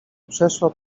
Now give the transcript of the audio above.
przeszła